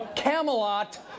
Camelot